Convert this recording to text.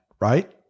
Right